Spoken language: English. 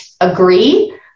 agree